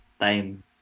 time